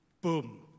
Boom